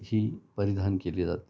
ही परिधान केली जाते